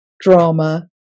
drama